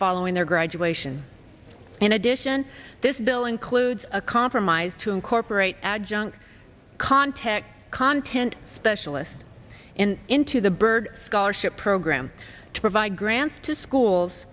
following their graduation in addition this bill includes a compromise to incorporate adjunct contect content specialist in into the bird scholarship program to provide grants to schools